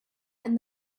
and